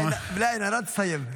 בלי עין הרע, תסיים.